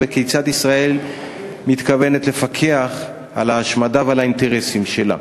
3. כיצד ישראל מתכוונת לפקח על ההשמדה ועל האינטרסים שלה?